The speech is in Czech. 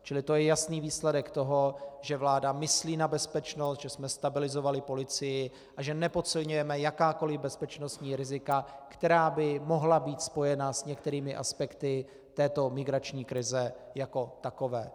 Čili to je jasný výsledek toho, že vláda myslí na bezpečnost, že jsme stabilizovali policii a že nepodceňujeme jakákoliv bezpečnostní rizika, která by mohla být spojena s některými aspekty této migrační krize jako takové.